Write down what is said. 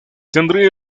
tendría